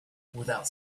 without